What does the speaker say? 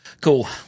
cool